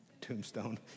Tombstone